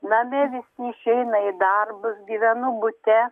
name visi išeina į darbus gyvenu bute